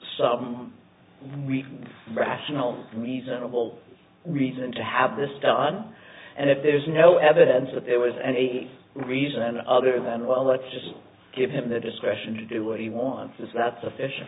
some rational reasonable reason to have this done and if there's no evidence that there was any reason other than well let's just give him the discretion to do what he wants is that sufficient